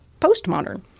postmodern